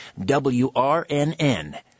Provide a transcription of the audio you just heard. WRNN